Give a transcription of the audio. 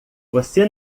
você